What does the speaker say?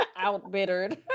Outbittered